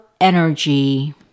energy